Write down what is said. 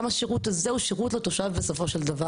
גם השירות הזה הוא שירות לתושב בסופו של דבר.